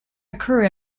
occur